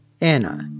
Anna